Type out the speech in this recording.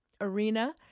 arena